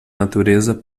natureza